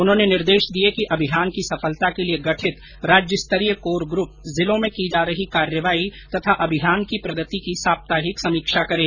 उन्होंने निर्देश दिए कि अभियान की सफलता के लिए गठित राज्य स्तरीय कोर ग्रूप जिलों में की जा रही कार्रवाई तथा अभियान की प्रगति की साप्ताहिक समीक्षा करे